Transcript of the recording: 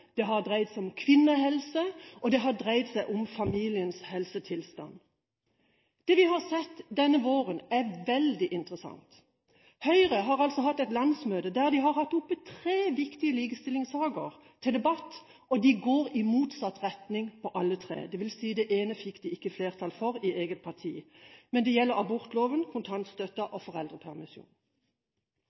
det har dreid seg om kvinnehelse, og det har dreid seg om familiens helsetilstand. Det vi har sett denne våren, er veldig interessant. Høyre har hatt et landsmøte der de har hatt oppe tre viktige likestillingssaker til debatt, og de går i motsatt retning i alle tre sakene – det vil si, det ene fikk de ikke flertall for i eget parti. Det gjelder abortloven, kontantstøtten og